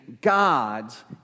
God's